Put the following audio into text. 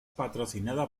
patrocinada